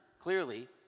Clearly